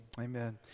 Amen